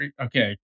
Okay